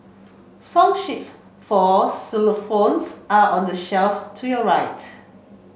song sheets for xylophones are on the shelf to your right